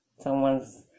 Someone's